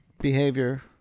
behavior